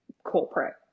corporate